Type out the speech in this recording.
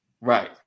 right